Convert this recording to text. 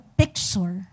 picture